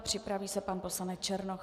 Připraví se pan poslanec Černoch.